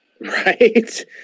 Right